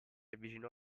avvicinò